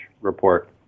report